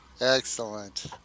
Excellent